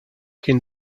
can